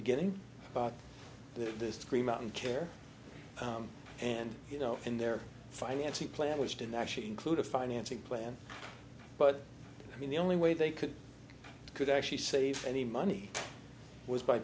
beginning about this three mountain care and you know in their financing plan which didn't actually include a financing plan but i mean the only way they could could actually save any money was by